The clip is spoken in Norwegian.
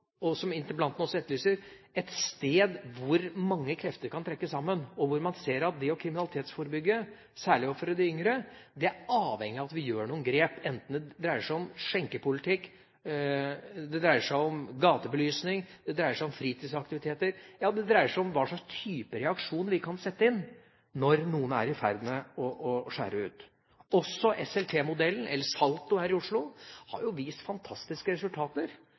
og, som interpellanten også etterlyser, et sted hvor mange krefter kan trekke sammen, og hvor man ser at det å kriminalitetsforebygge, særlig overfor de yngre, er avhengig av at vi gjør noen grep, enten det dreier seg om skjenkepolitikk, gatebelysning, fritidsaktiviteter eller om hva slags type reaksjon vi kan sette inn når noen er i ferd med å skjære ut. Også SLT-modellen, eller SaLTo her i Oslo, har jo vist fantastiske resultater,